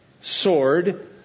sword